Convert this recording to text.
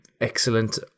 excellent